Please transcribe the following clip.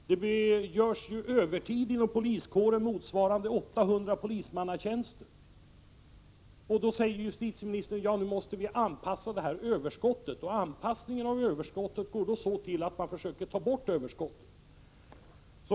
Övertiden inom poliskåren motsvarar ju 800 polismannatjänster. Så säger justitieministern att vi måste anpassa överskottet, och denna anpassning av överskottet går då så till att man försöker ta bort det.